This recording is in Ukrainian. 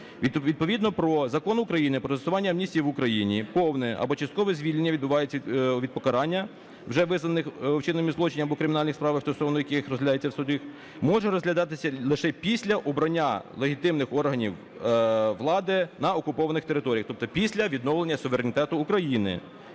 Відповідно до Закону України "Про застосування амністії в Україні" повне або часткове звільнення відбувається від покарання вже визнаних у вчиненні злочину або кримінальних справах, стосовно яких розглядається в суді, може розглядатися лише після обрання легітимних органів влади на окупованих територіях, тобто після відновлення суверенітету України.